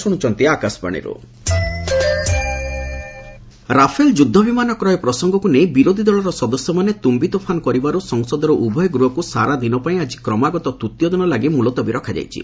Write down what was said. parliament adjourn Rafale ଯୁଦ୍ଧବିମାନ କ୍ରୟ ପ୍ରସଙ୍ଗକୁ ନେଇ ବିରୋଧୀଦଳର ସଦସ୍ୟମାନେ ତ୍ରୁୟିତୋଫାନ କରିବାରୁ ସଂସଦର ଉଭୟ ସଭାଗୃହକୁ ସାରାଦିନପାଇଁ ଆକି କ୍ରମାଗତ ତୃତୀୟ ଦିନ ପାଇଁ ମୁଲତବୀ ରଖାଯାଇଛି